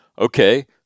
Okay